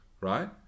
right